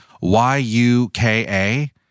Y-U-K-A